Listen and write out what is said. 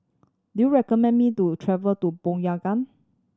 do you recommend me to travel to Pyongyang